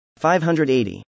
580